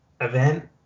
event